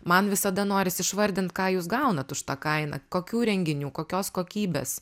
man visada norisi išvardint ką jūs gaunat už tą kainą kokių renginių kokios kokybės